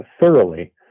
thoroughly